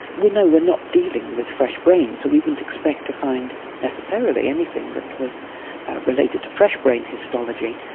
we know we're not dealing with fresh brains, so we wouldn't expect to find necessarily anything that was related to fresh brain histology.